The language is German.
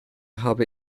habe